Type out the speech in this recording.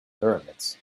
pyramids